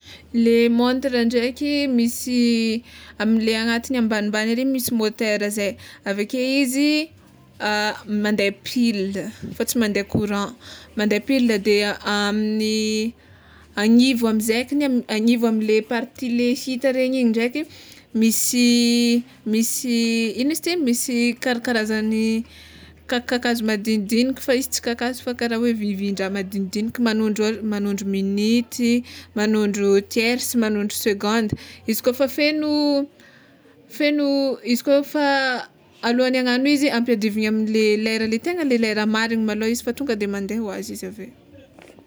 Le montra ndraiky misy amle agnatiny ambanimbany ary misy môtera zay aveke izy mande pile fa tsy mande courant, mande pile de amin'ny agnivo amizay kny agnivo amle party hita regny igny ndraiky misy misy ino ma izy ty e misy karakarazany kakakakazo madinidiniky fa izy tsy kakazo fa kara hoe vy vindraha madinidiniky magnôndro o- magnondro minity, magnondro tierce, magnondro second izy kôfa feno feno, izy kôfa alohan'ny hagnagno izy ampiadivina amle lera tegna le lera marigny malôha izy fa tonga de mande hoazy izy aveo.